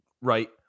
right